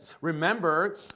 remember